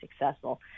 successful